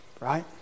right